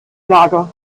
lager